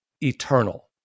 eternal